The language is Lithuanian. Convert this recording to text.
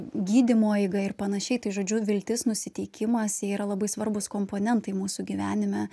gydymo eiga ir panašiai tai žodžiu viltis nusiteikimas jie yra labai svarbūs komponentai mūsų gyvenime